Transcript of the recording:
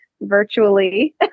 virtually